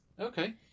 Okay